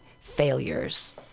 failures